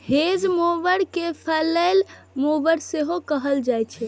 hedge mower कें फलैले mower सेहो कहल जाइ छै